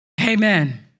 Amen